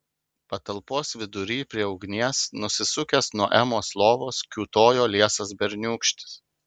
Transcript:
patalpos vidury prie ugnies nusisukęs nuo emos lovos kiūtojo liesas berniūkštis